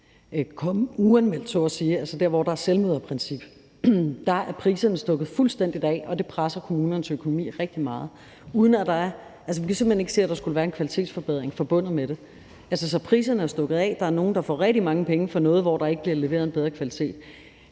der, hvor der er selvmøderprincip. Der er priserne stukket fuldstændig af, og det presser kommunernes økonomi rigtig meget, uden at der er en kvalitetsforbedring forbundet med det. Det kan vi altså simpelt hen ikke se der skulle være. Priserne er stukket af. Der er nogle, der får rigtig mange penge for noget, hvor der ikke bliver leveret en bedre kvalitet.